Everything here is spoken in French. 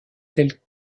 tels